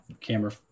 camera